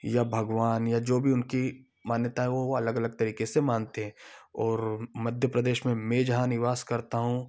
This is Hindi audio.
या भगवान या जो भी उनकी मान्यता है वो अलग अलग तरीके से मानते हैं और मध्य प्रदेश में मैं जहाँ निवास करता हूँ